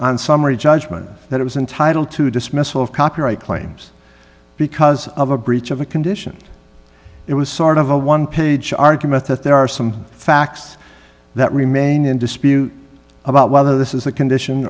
on summary judgment that it was entitle to dismissal of copyright claims because of a breach of a condition it was sort of a one page argument that there are some facts that remain in dispute about whether this is a condition